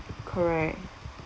correct